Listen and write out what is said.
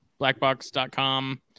blackbox.com